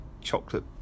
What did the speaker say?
chocolate